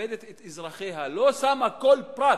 ומכבדת את אזרחיה לא שמה כל פרט